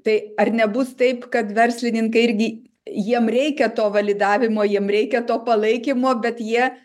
tai ar nebus taip kad verslininkai irgi jiem reikia to validavimo jiem reikia to palaikymo bet jie